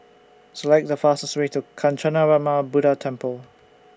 Select The fastest Way to Kancanarama Buddha Temple